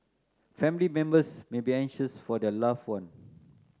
family members may be anxious for their loved one